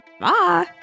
Bye